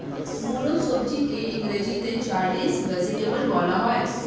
মুলো সবজিকে ইংরেজিতে র্যাডিশ ভেজিটেবল বলা হয়